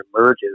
emerges